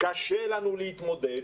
קשה לנו להתמודד